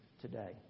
today